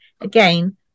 again